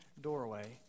doorway